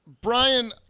Brian